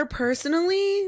personally